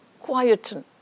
quieten